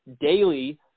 daily